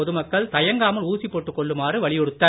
பொதுமக்கள் தயங்காமல் ஊசிப் போட்டுக் கொள்ளுமாறு வலியுறுத்தல்